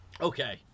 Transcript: Okay